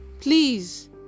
please